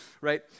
right